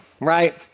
right